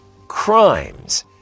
crimes